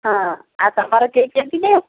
ହଁ ଆଉ ତୁମର କେହି କେମିତି ନ